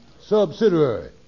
Subsidiary